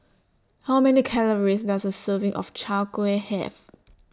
How Many Calories Does A Serving of Chwee Kueh Have